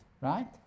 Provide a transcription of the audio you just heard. right